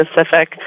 specific